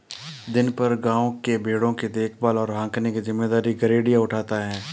दिन भर गाँव के भेंड़ों की देखभाल और हाँकने की जिम्मेदारी गरेड़िया उठाता है